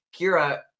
Kira